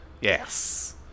Yes